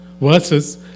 versus